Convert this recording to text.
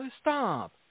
stop